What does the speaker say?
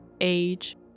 age